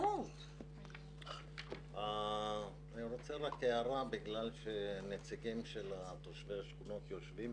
הערה מאחר ויושבים כאן נציגי השכונות.